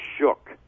shook